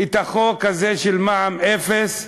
את החוק הזה, של מע"מ אפס,